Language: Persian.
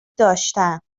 داشتن